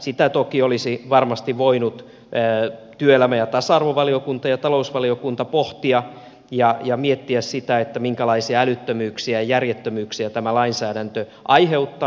sitä toki olisivat varmasti voineet työelämä ja tasa arvovaliokunta ja talousvaliokunta pohtia ja miettiä sitä minkälaisia älyttömyyksiä ja järjettömyyksiä tämä lainsäädäntö aiheuttaa